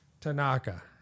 Tanaka